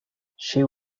she